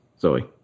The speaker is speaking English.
Zoe